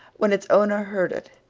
when its owner heard it,